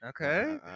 Okay